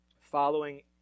Following